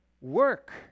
work